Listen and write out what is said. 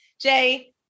Jay